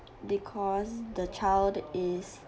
because the child is